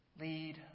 Lead